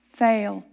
fail